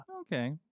Okay